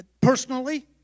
personally